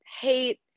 hate